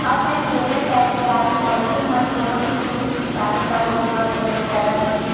online payment apps के आए ले मनखे मन कोनो भी जिनिस बिसाथे त उहींच म पेमेंट करत हे